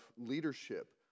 leadership